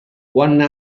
one